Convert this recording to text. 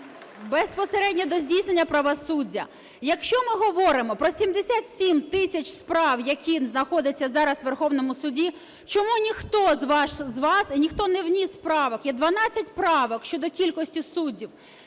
Безпосередньо до здійснення правосуддя. Якщо ми говоримо про 77 тисяч справ, які знаходять зараз у Верховному Суді, чому ніхто з вас не вніс правок? Є 12 правок щодо кількості суддів.